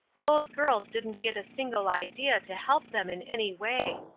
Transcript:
those girls didn't get a single idea to help them in any way.